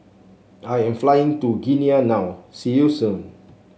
I am flying to Guinea now see you soon